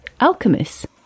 alchemists